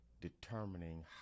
determining